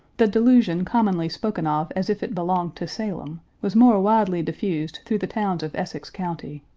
the delusion commonly spoken of, as if it belonged to salem, was more widely diffused through the towns of essex county.